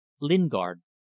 Lingard